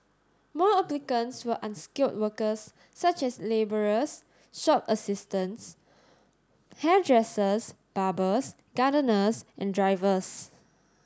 most applicants were unskilled workers such as labourers shop assistants hairdressers barbers gardeners and drivers